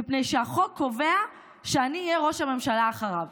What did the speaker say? מפני שהחוק קובע שאני אהיה ראש הממשלה אחריו.